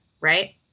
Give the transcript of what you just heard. right